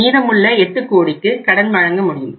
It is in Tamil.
மீதம் உள்ள 8 கோடிக்கு கடன் வழங்க முடியும்